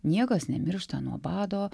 niekas nemiršta nuo bado